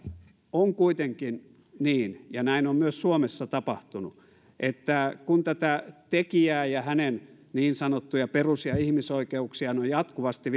on kuitenkin niin ja näin on myös suomessa tapahtunut että kun tätä tekijää ja hänen niin sanottuja perus ja ihmisoikeuksiaan on jatkuvasti